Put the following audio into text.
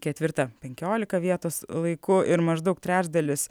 ketvirtą penkiolika vietos laiku ir maždaug trečdalis